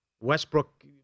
Westbrook